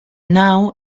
now